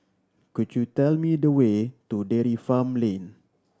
could you tell me the way to Dairy Farm Lane